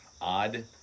odd